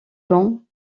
bon